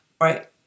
right